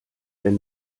wenn